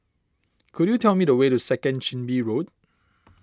could you tell me the way to Second Chin Bee Road